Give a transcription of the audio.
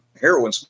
heroin